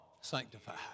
sanctified